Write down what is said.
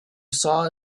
saw